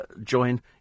join